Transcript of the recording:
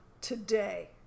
today